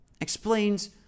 explains